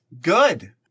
good